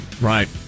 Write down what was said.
right